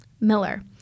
Miller